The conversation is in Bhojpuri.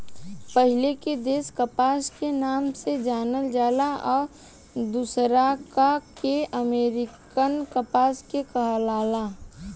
पहिले के देशी कपास के नाम से जानल जाला आ दुसरका के अमेरिकन कपास के कहाला